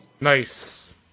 nice